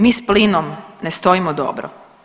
Mi s plinom ne stojimo dobro.